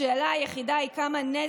השאלה היחידה היא כמה נזק,